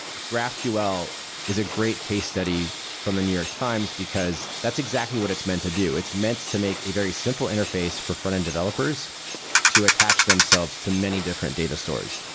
graphql is a great case study from the new york times, because that's exactly what it's meant to do. it's meant to make a very simple interface for frontend developers to attach themselves to many different data stores,